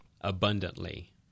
abundantly